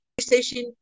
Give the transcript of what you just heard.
PlayStation